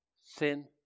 sin